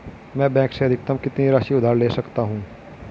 मैं बैंक से अधिकतम कितनी राशि उधार ले सकता हूँ?